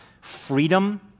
freedom